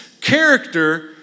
character